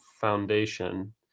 Foundation